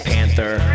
Panther